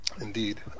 indeed